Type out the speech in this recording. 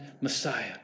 Messiah